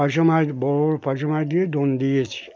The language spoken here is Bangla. পার্শে মাছ বড় বড় পার্শে মাছ দিয়ে ডোন দিয়েছি